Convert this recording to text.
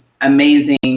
amazing